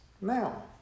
Now